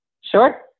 Sure